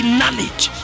knowledge